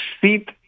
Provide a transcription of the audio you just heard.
seat